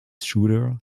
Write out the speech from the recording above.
shoulder